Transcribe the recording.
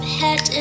head